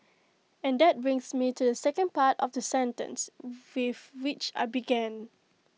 and that brings me to the second part of the sentence with which I began